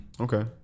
Okay